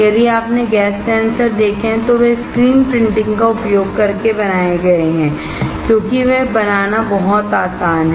यदि आपने gas sensor देखे हैं तो वे स्क्रीन प्रिंटिंग का उपयोग करके बनाए गए हैं क्योंकि वे बनाना बहुत आसान है